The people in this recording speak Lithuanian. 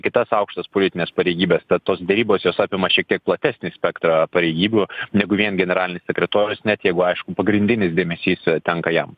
kitas aukštas politines pareigybes tad tos derybos jos apima šiek tiek platesnį spektrą pareigybių negu vien generalinis sekretorius net jeigu aišku pagrindinis dėmesys tenka jam